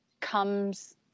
Comes